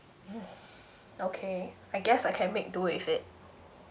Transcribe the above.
okay I guess I can make do with it